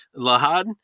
Lahad